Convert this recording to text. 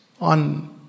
on